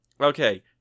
Okay